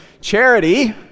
Charity